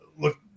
look